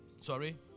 Sorry